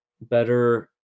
better